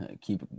keep